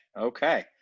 Okay